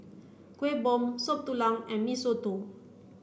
Kuih Bom Soup Tulang and Mee Soto